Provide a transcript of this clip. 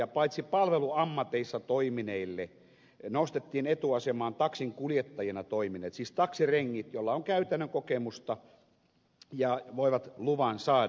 muille paitsi palveluammatissa toimineille nostettiin etuasemaan taksinkuljettajina toimineet siis taksirengit joilla on käytännön kokemusta ja jotka voivat luvan saada